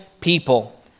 people